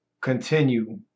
continue